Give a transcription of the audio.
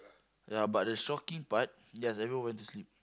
ya but the shocking part yes everyone went to sleep